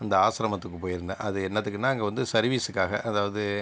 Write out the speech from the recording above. அந்த ஆஸ்ரமத்துக்கு போயிருந்தேன் அது என்னத்துக்குனா அங்கே வந்து சர்வீஸுக்காக அதாவது